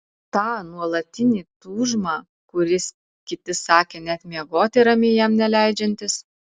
tą nuolatinį tūžmą kuris kiti sakė net miegoti ramiai jam neleidžiantis